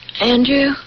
Andrew